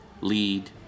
lead